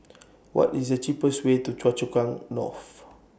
What IS The cheapest Way to Choa Chu Kang North